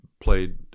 played